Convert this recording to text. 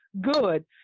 good